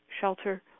shelter